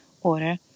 order